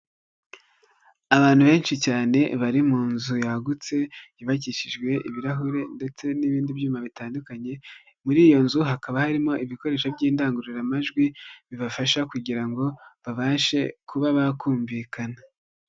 Abantu benshi cyane bari mu nzu yagutse, yubakishijwe ibirahure ndetse n'ibindi byuma bitandukanye, muri iyo nzu hakaba harimo ibikoresho by'indangururamajwi bibafasha kugira ngo babashe kuba bakumvikana.